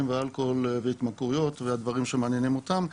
ואלכוהול והתמכרויות והדברים שמעניינים אותם.